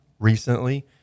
recently